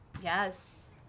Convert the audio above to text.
Yes